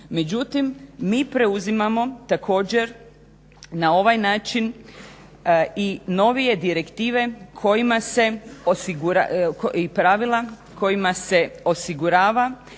Međutim, mi preuzimamo također na ovaj način i novije direktive i pravila kojima se osigurava